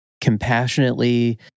compassionately